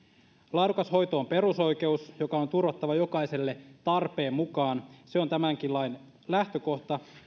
laadukas hoito on perusoikeus joka on turvattava jokaiselle tarpeen mukaan se on tämänkin lain lähtökohta